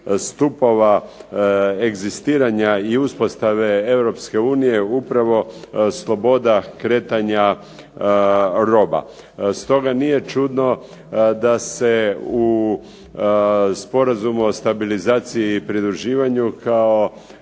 stupova egzistiranja i uspostave Europske unije upravo sloboda kretanja roba, stoga nije čudno da se u Sporazumu o stabilizaciji i pridruživanju, kao